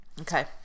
Okay